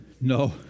No